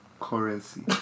currency